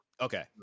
Okay